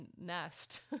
nest